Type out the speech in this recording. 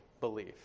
belief